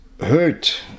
hurt